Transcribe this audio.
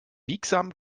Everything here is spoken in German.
biegsamen